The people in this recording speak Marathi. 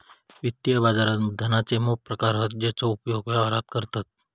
वित्तीय बाजारात धनाचे मोप प्रकार हत जेचो उपयोग व्यवहारात करतत